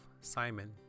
Simon